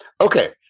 Okay